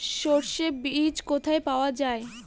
সর্ষে বিজ কোথায় পাওয়া যাবে?